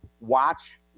Watch